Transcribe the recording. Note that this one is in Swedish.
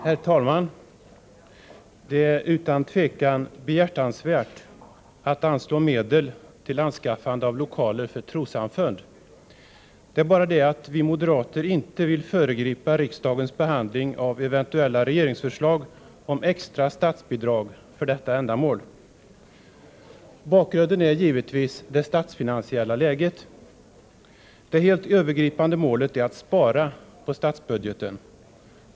Herr talman! Det är utan tvivel behjärtansvärt att anslå medel till anskaffande av lokaler för trossamfund. Det är bara det att vi moderater inte vill föregripa riksdagens behandling av eventuella regeringsförslag om extra statsbidrag för detta ändamål. Bakgrunden är givetvis det statsfinansiella läget. Det helt övergripande målet är att spara på statsbudgeten.